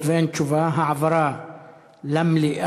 היות שאין תשובה, על העברה למליאה.